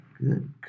Good